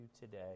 today